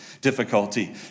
difficulty